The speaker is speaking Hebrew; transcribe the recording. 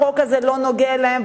החוק הזה לא נוגע להם,